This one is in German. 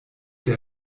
der